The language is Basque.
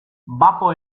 bapo